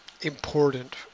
important